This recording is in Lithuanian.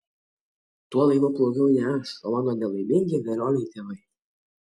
tuo laivu plaukiau ne aš o mano nelaimingi velioniai tėvai